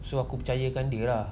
so aku percaya kan dia lah